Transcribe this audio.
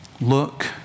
look